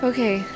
Okay